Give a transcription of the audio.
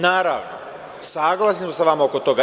Naravno, saglasan sam sa vama oko toga.